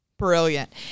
brilliant